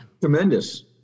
tremendous